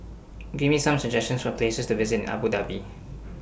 Give Me Some suggestions For Places to visit in Abu Dhabi